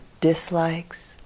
dislikes